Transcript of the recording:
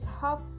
half